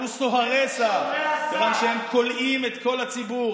אלו סוהרי סף, כיוון שהם כולאים את כל הציבור.